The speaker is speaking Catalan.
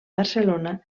barcelona